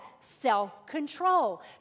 self-control